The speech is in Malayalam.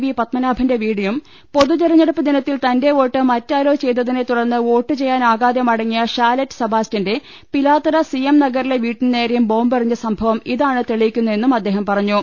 വി പത്മനാഭന്റെ വീടിനും പൊതുതെരഞ്ഞെടുപ്പ് ദിനത്തിൽ തന്റെ വോട്ട് മറ്റാരോ ചെയ്തതിനെ തുടർന്ന് വോട്ട് ചെയ്യാനാകാതെ മടങ്ങിയ ഷാലറ്റ് സെബാസ്റ്റ്യന്റെ പിലാത്തറ സിഎം നഗറിലെ വീടിനു നേരെയും ബോംബെറിഞ്ഞ സംഭവം ഇതാണ് തെളിയിക്കുന്നതെന്ന് അദ്ദേഹം പറഞ്ഞു